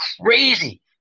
crazy